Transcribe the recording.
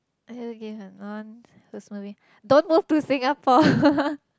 would you give a non who's moving don't move to Singapore